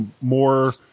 more –